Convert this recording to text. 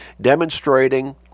demonstrating